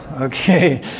Okay